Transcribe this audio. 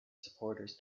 supporters